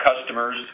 customers